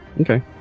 Okay